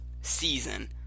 season